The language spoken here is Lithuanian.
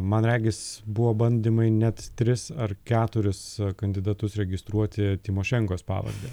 man regis buvo bandymai net tris ar keturis kandidatus registruoti tymošenkos pavarde